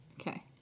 Okay